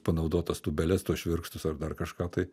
panaudotas tūbeles tuos švirkštus ar dar kažką tai